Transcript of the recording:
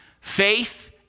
Faith